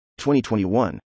2021